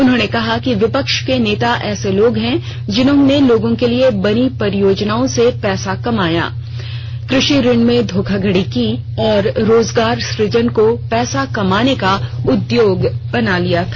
उन्होंने कहा कि विपक्ष के नेता ऐसे लोग है जिन्होंने लोगों के लिए बनी परियोजनाओं से पैसा कमाया कृषि ऋण में धोखाधड़ी की और रोजगार सुजन को पैसा कमाने का उद्योग बना लिया था